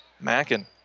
Mackin